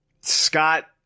Scott